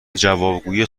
جوابگویی